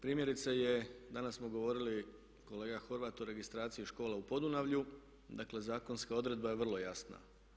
Primjerice je, danas smo govorili kolega Horvat o registraciji škola u Podunavlju, dakle zakonska odredba je vrlo jasna.